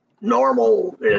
normal